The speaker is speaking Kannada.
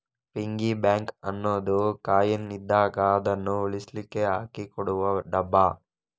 ಪಿಗ್ಗಿ ಬ್ಯಾಂಕು ಅನ್ನುದು ಕಾಯಿನ್ ಇದ್ದಾಗ ಅದನ್ನು ಉಳಿಸ್ಲಿಕ್ಕೆ ಹಾಕಿಡುವ ಡಬ್ಬ